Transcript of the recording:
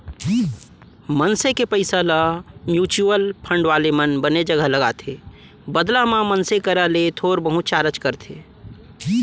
मनसे के पइसा ल म्युचुअल फंड वाले मन बने जघा लगाथे बदला म मनसे करा ले थोर बहुत चारज करथे